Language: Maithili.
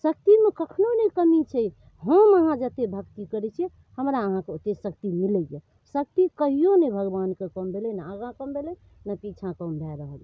शक्तिमे कखनो नहि कमी छै हम अहाँ जते भक्ति करै छियै हमरा अहाँके ओते शक्ति मिलैया शक्ति कहियो नहि भगबानके कम भेलै नहि आगाँ कम भेलै नहि पीछाँ कम भए रहल छै